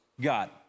God